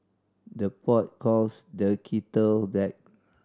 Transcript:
the pot calls the kettle black